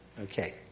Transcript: Okay